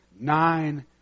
nine